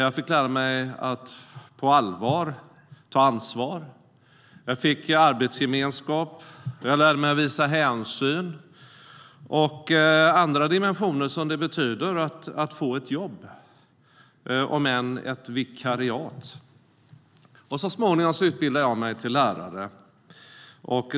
Jag fick lära mig att på allvar ta ansvar. Jag fick arbetsgemenskap, och jag lärde mig att visa hänsyn. Jag fick ta del av andra dimensioner, som det betyder att få ett jobb - om än ett vikariat. Så småningom utbildade jag mig till lärare.